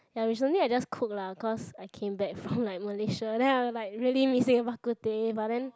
ya recently I just cooked lah because I came back from like Malaysia then I was like really missing bak kut teh but then